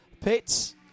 pits